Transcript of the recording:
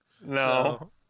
No